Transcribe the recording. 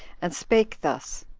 and spake thus